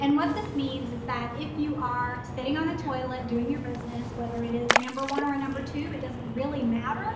and what this means is that if you are sitting on the toilet doing your business whether it is a number one or number two, it doesn't really matter.